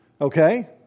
Okay